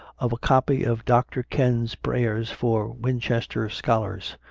of a copy of dr. ken s prayers for winchester scholars,